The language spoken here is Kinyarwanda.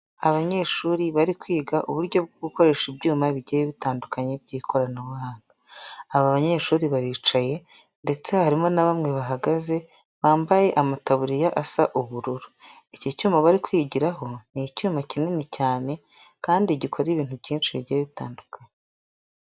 Abanyeshuri bari kwiga uburyo bwo gukoresha ibyuma bigiye bitandukanye by'ikoranabuhanga, aba banyeshuri baricaye ndetse harimo na bamwe bahagaze bambaye amatabuririya asa ubururu, iki cyuma bari kwigiraho ni icyuma kinini cyane kandi gikora ibintu byinshi bigiye bitandukanye.